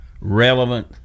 relevant